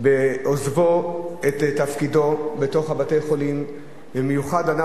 בעוזבו את תפקידו בתוך בתי-החולים, במיוחד אנחנו,